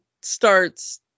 starts